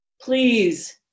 Please